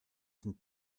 sind